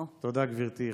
תודה, גברתי.